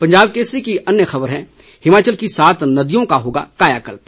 पंजाब केसरी की अन्य ख़बर है हिमाचल की सात नदियों का होगा कायाकल्प